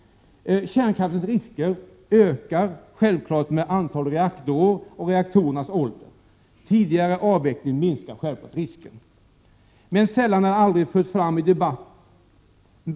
Kärnkraftens risker ökar självfallet med antalet reaktorer och reaktorernas ålder. Tidigare avveckling minskar självfallet risken.